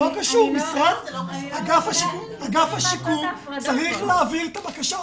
אגף השיקום צריך להעביר את הבקשה,